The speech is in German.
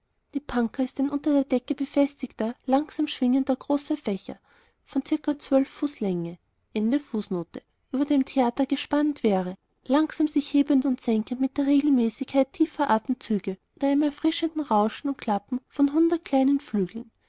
pankhadie pankha ist ein unter der decke befestigter langsam schwingender großer fächer von ca zwölf fuß länge über dem theater gespannt wäre langsam sich hebend und senkend mit der regelmäßigkeit tiefer atemzüge und einem erfrischenden rauschen und klappern von hundert kleinen flügeln